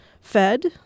fed